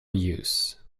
use